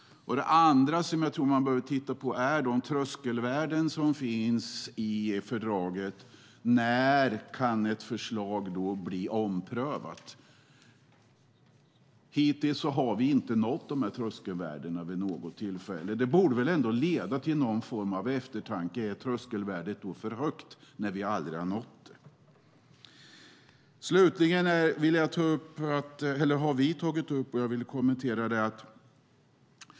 Det andra som jag tror att man behöver titta på är de tröskelvärden som finns i fördraget när ett förslag kan bli omprövat. Hittills har vi inte nått dessa tröskelvärden vid något tillfälle. Det borde väl ändå leda till någon form av eftertanke angående om tröskelvärdet är för högt eftersom vi aldrig har nått det. Slutligen vill jag kommentera ytterligare något som vi har tagit upp.